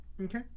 Okay